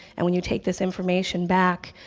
and when you take this information back,